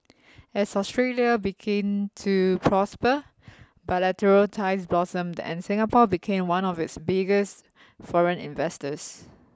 as Australia begin to prosper bilateral ties blossomed and Singapore became one of its biggest foreign investors